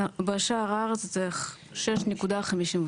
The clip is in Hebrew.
בשאר הארץ זה 6.59,